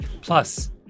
Plus